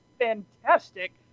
fantastic